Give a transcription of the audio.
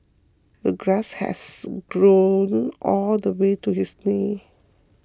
the grass has grown all the way to his knee